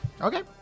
Okay